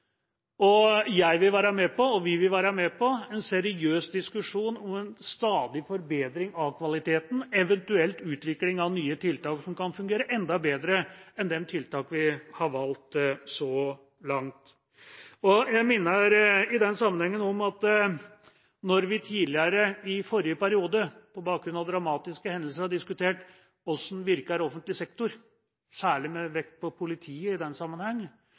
Jeg vil være med på, og vi vil være med på en seriøs diskusjon om en stadig forbedring av kvaliteten – eventuelt utvikling av nye tiltak som kan fungere enda bedre enn de tiltakene vi har valgt så langt. Jeg minner i den sammenhengen om at når vi tidligere – i forrige periode, på bakgrunn av dramatiske hendelser og da særlig med vekt på politiet – har diskutert hvordan offentlig sektor virker, har vi fått pekt på